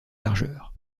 largeur